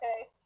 okay